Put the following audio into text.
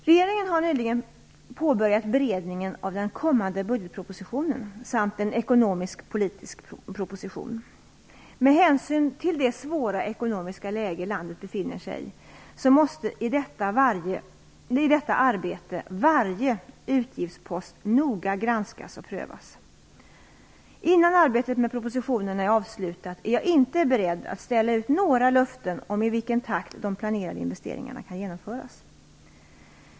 Regeringen har nyligen påbörjat beredningen av den kommande budgetpropositionen samt en ekonomisk-politisk proposition. Med hänsyn till det svåra ekonomiska läge landet befinner sig i måste i detta arbete varje utgiftspost noga granskas och prövas. Innan arbetet med propositionen är avslutat är jag inte beredd att ställa ut några löften om i vilken takt de planerade investeringarna kan genomföras.